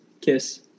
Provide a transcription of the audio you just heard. kiss